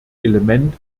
element